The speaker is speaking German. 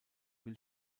will